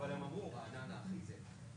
בגלל הדבר הזה והזה.